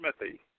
Smithy